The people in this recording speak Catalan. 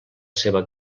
seva